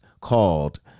called